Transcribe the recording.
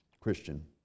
Christian